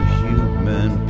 human